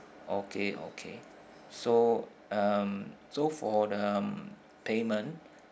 okay okay so um so for the payment